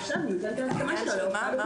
עכשיו נמצא את ההסכמה שלו לעניין הפרסומת.